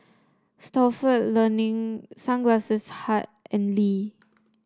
Stalford Learning Sunglass Hut and Lee